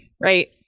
Right